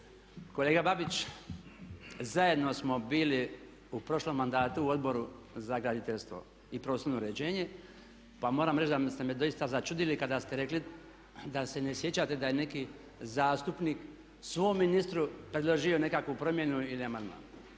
Kolega Babić zajedno smo bili u prošlom mandatu u Odboru za graditeljstvo i prostorno uređenje pa moram reći da ste me doista začudili kada ste rekli da se ne sjećate da je neki zastupnik svom ministru predložio nekakvu promjenu ili amandman.